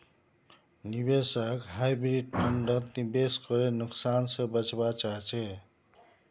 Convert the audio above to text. निवेशक हाइब्रिड फण्डत निवेश करे नुकसान से बचवा चाहछे